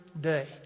day